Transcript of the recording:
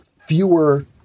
fewer